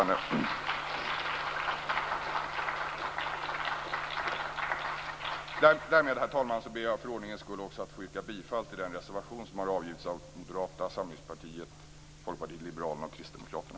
Därmed, herr talman, ber jag för ordningens skull att få yrka bifall till den reservation som har avgivits av Moderata samlingspartiet, Folkpartiet liberalerna och Kristdemokraterna.